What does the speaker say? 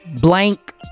blank